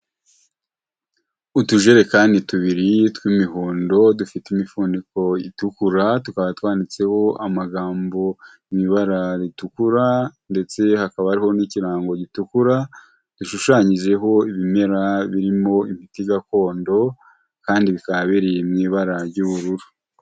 utujerekani tubiri tw'imihondo dufite imifuniko itukura tukaba twanditseho amagambo m'ibara ritukura ndetse hakaba n'ikirango gitukura dushushanyijeho ibimera birimo ibiti gakondo kandi bikaba biri mu ibara ry'ubururu.